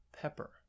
pepper